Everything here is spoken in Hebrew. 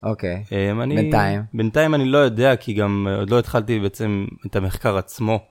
אוקיי אני בינתיים בינתיים אני לא יודע כי גם לא התחלתי בעצם את המחקר עצמו.